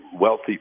wealthy